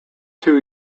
two